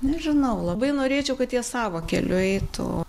nežinau labai norėčiau kad jie savo keliu eitų